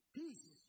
peace